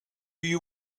you